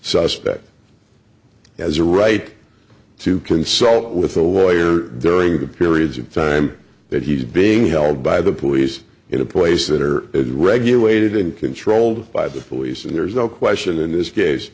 suspect as a right to consult with a lawyer during the periods of time that he's being held by the police in a place that are regulated and controlled by the police and there's no question in this case